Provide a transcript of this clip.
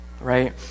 right